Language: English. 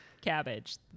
Cabbage